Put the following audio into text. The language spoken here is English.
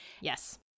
Yes